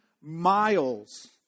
miles